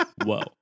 Whoa